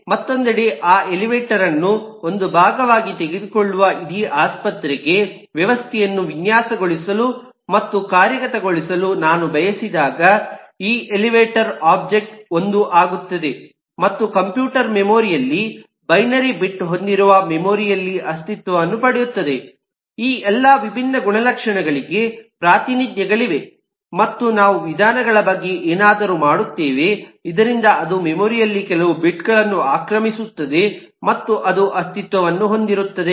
ಮತ್ತೊಂದೆಡೆ ಆ ಎಲಿವೇಟರ್ ಅನ್ನು ಒಂದು ಭಾಗವಾಗಿ ತೆಗೆದುಕೊಳ್ಳುವ ಇಡೀ ಆಸ್ಪತ್ರೆಗೆ ವ್ಯವಸ್ಥೆಯನ್ನು ವಿನ್ಯಾಸಗೊಳಿಸಲು ಮತ್ತು ಕಾರ್ಯಗತಗೊಳಿಸಲು ನಾನು ಬಯಸಿದಾಗ ಈ ಎಲಿವೇಟರ್ ಒಬ್ಜೆಕ್ಟ್ ಒಂದು ಆಗುತ್ತದೆ ಮತ್ತು ಕಂಪ್ಯೂಟರ್ ಮೆಮೊರಿ ಯಲ್ಲಿ ಬೈನರಿ ಬಿಟ್ ಹೊಂದಿರುವ ಮೆಮೊರಿ ಯಲ್ಲಿ ಅಸ್ತಿತ್ವವನ್ನು ಪಡೆಯುತ್ತದೆ ಈ ಎಲ್ಲಾ ವಿಭಿನ್ನ ಗುಣಲಕ್ಷಣಗಳಿಗೆ ಪ್ರಾತಿನಿಧ್ಯಗಳಿವೆ ಮತ್ತು ನಾವು ವಿಧಾನಗಳ ಬಗ್ಗೆ ಏನಾದರೂ ಮಾಡುತ್ತೇವೆ ಇದರಿಂದ ಅದು ಮೆಮೊರಿ ಯಲ್ಲಿ ಕೆಲವು ಬಿಟ್ ಗಳನ್ನು ಆಕ್ರಮಿಸುತ್ತದೆ ಮತ್ತು ಅದು ಅಸ್ತಿತ್ವವನ್ನು ಹೊಂದಿರುತ್ತದೆ